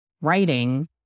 writing